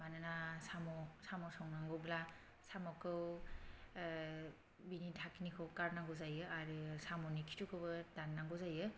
मानोना साम' साम' संनांगौब्ला साम'खौ बिनि दाखोनखौ गारनांगौ जायो आरो साम'नि खिथुखौबो दान्नांगौ जायो